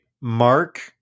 Mark